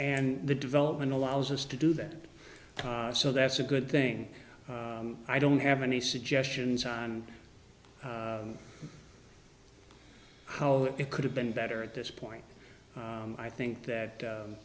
and the development allows us to do that so that's a good thing i don't have any suggestions on how it could have been better at this point i think that